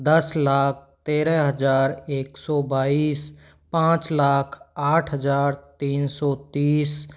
दस लाख तेरह हज़ार एक सौ बाईस पाँच लाख आठ हज़ार तीन सौ तीस